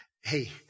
hey